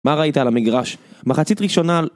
מה ראית על המגרש? מחצית ראשונה על...